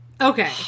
okay